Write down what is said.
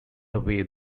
away